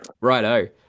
righto